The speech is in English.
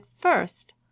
first—